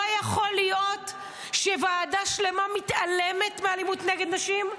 לא יכול להיות שוועדה שלמה מתעלמת מאלימות נגד נשים,